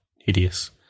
hideous